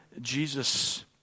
Jesus